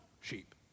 sheep